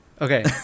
Okay